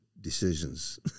decisions